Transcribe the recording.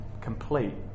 complete